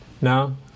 No